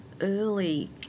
early